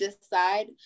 decide